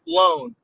loan